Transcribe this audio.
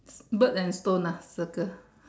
bird and stone lah circle